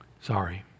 Sorry